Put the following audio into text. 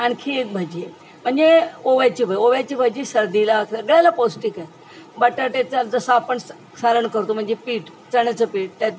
आणखी एक भजी म्हणजे ओव्याची भे ओव्याची भजी सर्दीला सगळ्याला पौष्टिक आहे बटाट्याचा जसं आपण सारण करतो म्हणजे पीठ चण्याचं पीठ त्यात